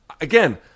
again